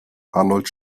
arnold